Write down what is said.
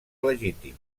legítim